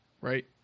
Right